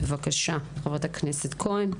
בבקשה חברת הכנסת כהן.